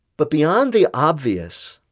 but beyond the obvious,